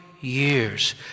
years